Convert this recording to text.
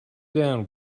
down